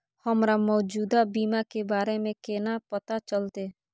हमरा मौजूदा बीमा के बारे में केना पता चलते?